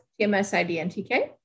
TMSIDNTK